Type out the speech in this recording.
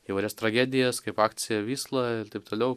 įvairias tragedijas kaip akcija vysla ir taip toliau